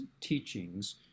teachings